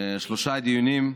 שלושה דיונים,